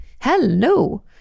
Hello